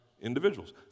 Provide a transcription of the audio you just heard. individuals